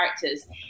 characters